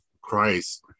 Christ